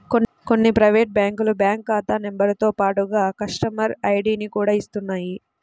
కొన్ని ప్రైవేటు బ్యాంకులు బ్యాంకు ఖాతా నెంబరుతో పాటుగా కస్టమర్ ఐడిని కూడా ఇస్తున్నాయి